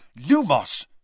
Lumos